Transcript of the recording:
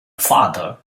father